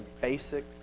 basic